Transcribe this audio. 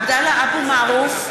(קוראת בשמות חברי הכנסת) עבדאללה אבו מערוף,